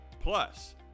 Plus